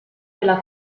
della